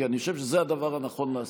כי אני חושב שזה הדבר הנכון לעשות.